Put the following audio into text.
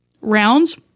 rounds